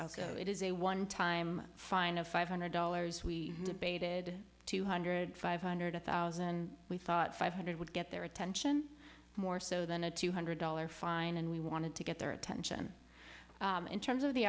it is a one time fine of five hundred dollars we debated two hundred five hundred thousand we thought five hundred would get their attention more so than a two hundred dollars fine and we wanted to get their attention in terms of the